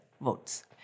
votes